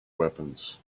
weapons